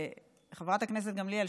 חברת הכנסת גמליאל,